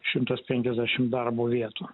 šimtas penkiasdešimt darbo vietų